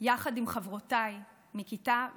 יחד עם חברותיי מכיתה ו'